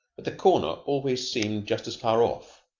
but the corner always seemed just as far off.